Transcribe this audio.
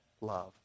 love